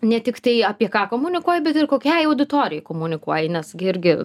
ne tik tai apie ką komunikuoji bet ir kokiai auditorijai komunikuoji nes gi irgi